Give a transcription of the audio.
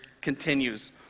continues